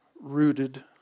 rooted